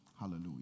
Hallelujah